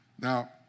Now